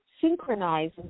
synchronize